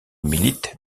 milite